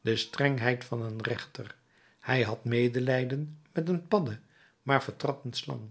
de strengheid van een rechter hij had medelijden met een padde maar vertrad een slang